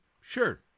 Sure